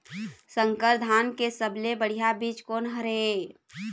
संकर धान के सबले बढ़िया बीज कोन हर ये?